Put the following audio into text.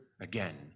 again